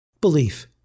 Belief